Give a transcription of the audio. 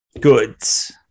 goods